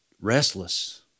restless